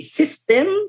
system